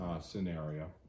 scenario